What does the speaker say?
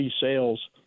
sales